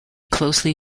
closely